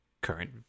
current